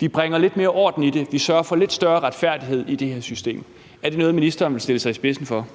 vi bringer lidt mere orden i det, at vi sørger for lidt større retfærdighed i det her system. Er det noget, ministeren vil stille sig i spidsen for?